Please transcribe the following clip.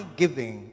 giving